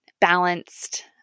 balanced